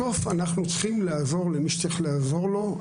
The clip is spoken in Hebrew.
בסוף אנחנו צריכים לעזור למי שצריך לעזור לו.